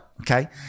okay